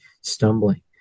stumbling